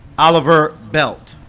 oliver belt